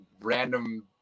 random